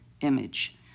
image